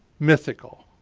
mythical.